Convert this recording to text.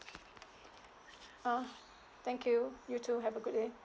uh thank you you too have a good day